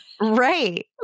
Right